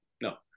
No